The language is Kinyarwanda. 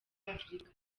afurika